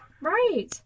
right